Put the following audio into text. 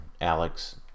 Alex